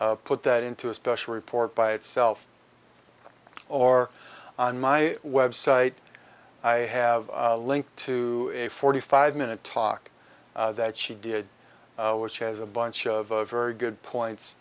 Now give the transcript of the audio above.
put that into a special report by itself or on my website i have a link to a forty five minute talk that she did which has a bunch of very good points